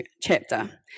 chapter